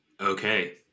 okay